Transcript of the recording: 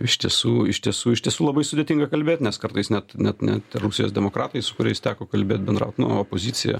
iš tiesų iš tiesų iš tiesų labai sudėtinga kalbėt nes kartais net net net rusijos demokratai su kuriais teko kalbėt bendraut nu opozicija